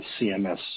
CMS